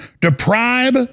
deprive